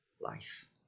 life